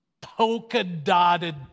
polka-dotted